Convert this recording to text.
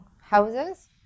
houses